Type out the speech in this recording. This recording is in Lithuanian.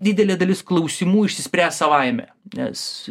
didelė dalis klausimų išsispręs savaime nes